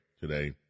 today